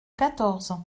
quatorze